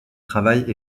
travaille